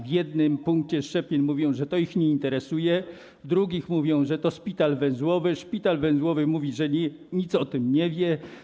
W jednym punkcie szczepień mówią, że to ich nie interesuje, w drugim mówią, że to szpital węzłowy, szpital węzłowy mówi, że nic o tym nie wie.